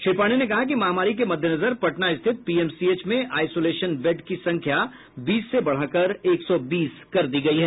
श्री पांडेय ने कहा कि महामारी के मद्देनजर पटना स्थित पीएमसीएच में आइसोलेशन बेड की संख्या बीस से बढ़ाकर एक सौ बीस कर दी गयी है